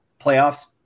playoffs